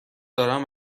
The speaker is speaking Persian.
دارم